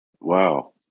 Wow